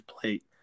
plate